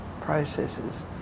processes